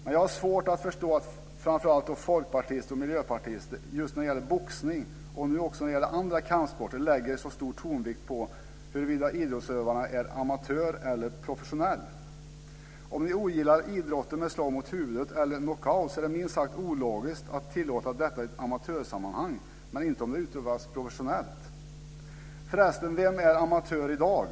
Men jag har svårt att förstå att framför allt folkpartister och miljöpartister just när det gäller boxning, och nu också när det gäller andra kampsporter, lägger tonvikt på huruvida idrottsutövarna är amatörer eller professionella. Om ni ogillar idrotter med slag mot huvudet eller knockout är det minst sagt ologiskt att tillåta detta i ett amatörssammanhang men inte om det utövas professionellt. Vem är förresten amatör i dag?